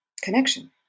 connection